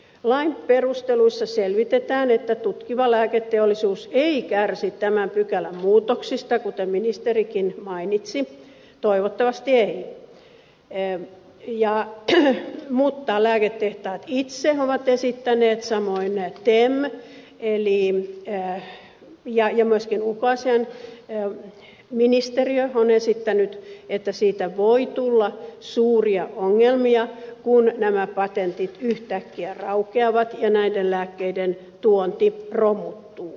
lain perusteluissa selvitetään että tutkiva lääketeollisuus ei kärsi tämän pykälän muutoksista kuten ministerikin mainitsi toivottavasti ei mutta lääketehtaat itse ovat esittäneet samoin tem ja myöskin ulkoasiainministeriö että siitä voi tulla suuria ongelmia kun nämä patentit yhtäkkiä raukeavat ja näiden lääkkeiden tuonti romuttuu